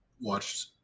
watched